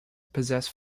possess